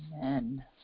Amen